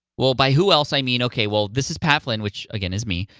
well by who else i mean, okay, well this is pat flynn, which again, is me.